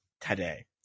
today